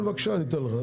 כן בבקשה אני אתן לך,